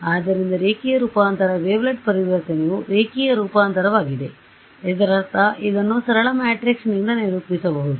ಆದ್ದರಿಂದ ರೇಖೀಯ ರೂಪಾಂತರ ವೇವ್ಲೆಟ್ ಪರಿವರ್ತನೆಯು ರೇಖೀಯ ರೂಪಾಂತರವಾಗಿದೆ ಇದರರ್ಥ ಇದನ್ನು ಸರಳ ಮ್ಯಾಟ್ರಿಕ್ಸ್ ನಿಂದ ನಿರೂಪಿಸಬಹುದು